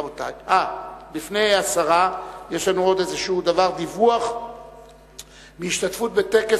לפני השרה יש לנו עוד דבר: דיווח מהשתתפות בטקס